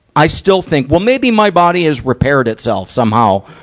i still think, well, maybe my body has repaired itself somehow,